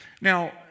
Now